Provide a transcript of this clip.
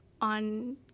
on